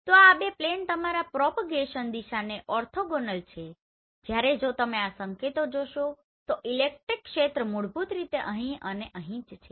તો આ બે પ્લેન તમારા પ્રોપગેશન દિશા ને ઓર્થોગોનલ છે જ્યારે જો તમે આ સંકેતો જોશો તો ઇલેક્ટ્રિક ક્ષેત્ર મૂળભૂત રીતે અહીં અને અહીં છે